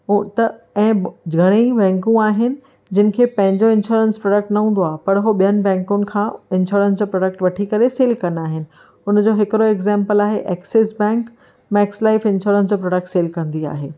हो त एब घणी ई बैंकुनि आहिनि जिनखे पंहिंजो इंश्योरेंस प्रोडक्ट न हूंदो आहे पर उहे ॿियनि बैंकुनि खां इंश्योरेंस जा प्रोडक्ट वठी करे सेल कंदा आहिनि हुनजो हिकिड़ो एग्जांपल आहे Axis bank Max Life insurance जो प्रोडक्ट सेल कंदी आहे